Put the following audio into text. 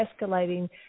escalating